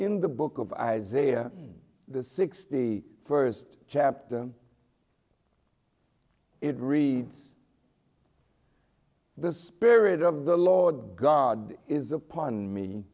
in the book of isaiah the sixty first chapter it reads the spirit of the lord god is upon me